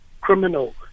criminal